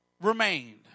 remained